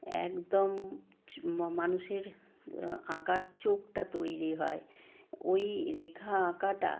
একদম চো মানুষের আঁকার চোখটা তৈরি হয় ওই রেখা আঁকাটা